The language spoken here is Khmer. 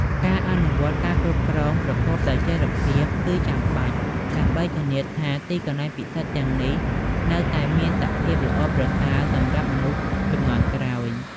ការអនុវត្តការគ្រប់គ្រងប្រកបដោយចីរភាព គឺចាំបាច់ ដើម្បីធានាថាទីកន្លែងពិសិដ្ឋទាំងនេះនៅតែមានសភាពល្អប្រសើរសម្រាប់មនុស្សជំនាន់ក្រោយ។